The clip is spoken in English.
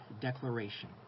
declaration